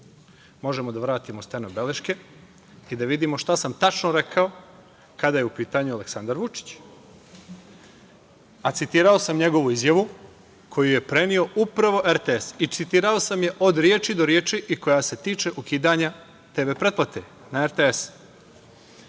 Možemo da vratimo steno beleške i da vidimo šta sam tačno rekao kada je u pitanju Aleksandar Vučić. Citirao sam njegovu izjavu koju je preneo upravo RTS i citirao sam je od reči do reči i koja se tiče ukidanja TV pretplate na